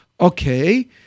Okay